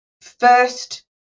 first